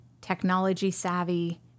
technology-savvy